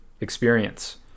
experience